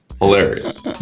Hilarious